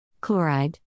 Chloride